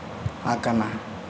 ᱟᱠᱟᱱᱟ